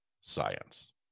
science